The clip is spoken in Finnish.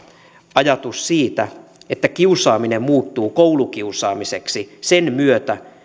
ajatus siitä että kiusaaminen muuttuu koulukiusaamiseksi sen myötä